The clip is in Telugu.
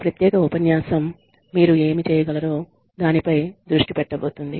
ఈ ప్రత్యేక ఉపన్యాసం మీరు ఏమి చేయగలరో దానిపై దృష్టి పెట్టబోతోంది